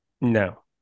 No